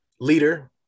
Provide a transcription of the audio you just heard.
leader